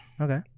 okay